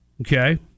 Okay